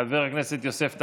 חבר הכנסת יוסף טייב,